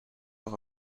nog